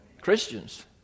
Christians